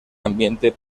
ambiente